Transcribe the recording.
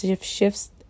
shifts